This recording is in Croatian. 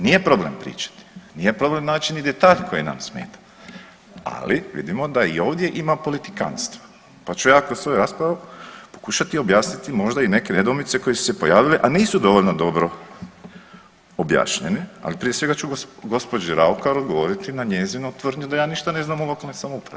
Nije problem pričati, nije problem naći ni detalj koji nam smeta, ali vidimo da i ovdje ima politikanstva, pa ću ja kroz svoju raspravu pokušati objasniti možda i neke redovnice koje su se pojavile, a nisu dovoljno dobro objašnjenje, ali prije svega ću gđi. Raukar odgovoriti na njezinu tvrdnju da ja ništa ne znam o lokalnoj samoupravi.